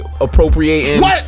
appropriating